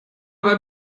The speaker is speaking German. beim